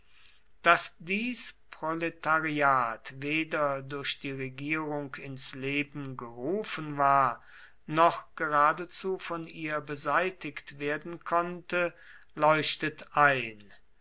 daß dies proletariat weder durch die regierung ins leben gerufen war noch geradezu von ihr beseitigt werden konnte leuchtet ein